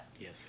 Yes